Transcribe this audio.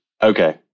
Okay